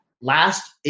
Last